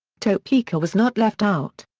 topeka was not left out.